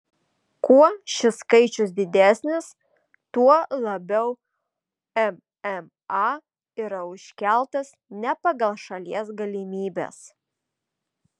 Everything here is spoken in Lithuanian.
kuo šis skaičius didesnis tuo labiau mma yra užkeltas ne pagal šalies galimybes